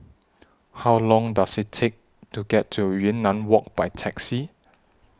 How Long Does IT Take to get to Yunnan Walk By Taxi